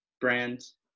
brands